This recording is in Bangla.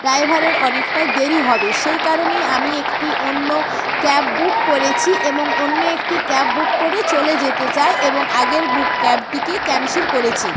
ড্রাইভারের অনেকটাই দেরি হবে সেই কারণেই আমি একটি অন্য ক্যাব বুক করেছি এবং অন্য একটি ক্যাব বুক করে চলে যেতে চাই এবং আগের বুক ক্যাবটিকে ক্যানসেল করেছি